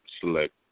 select